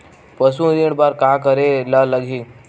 पशु ऋण बर का करे ला लगही?